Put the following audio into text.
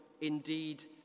Indeed